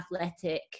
athletic